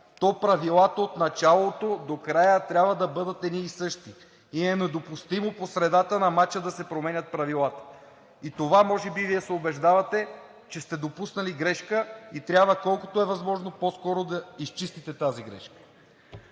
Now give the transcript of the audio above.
то правилата от началото до края трябва да бъдат едни и същи и е недопустимо по средата на мача да се променят правилата. И в това може би Вие се убеждавате, че сте допуснали грешка и трябва колкото е възможно по-скоро да изчистите тази грешка.